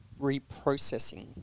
reprocessing